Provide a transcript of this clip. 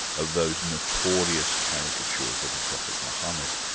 of those notorious caricatures of the prophet mohammed.